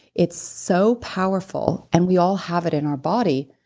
it's so powerful and we all have it in our body,